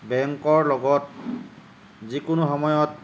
বেংকৰ লগত যিকোনো সময়ত